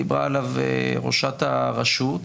דיברה עליו ראשת הרשות,